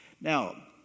Now